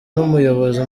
n’umuyobozi